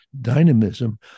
dynamism